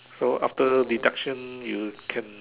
so after deduction you can